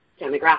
demographic